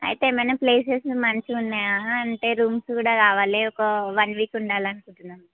అయితే ఏమైన ప్లేసెస్లు మంచిగా ఉన్నాయా అంటే రూమ్స్ కూడా కావాలి ఒక వన్ వీక్ ఉండాలి అనుకుంటున్నాం